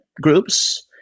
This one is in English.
groups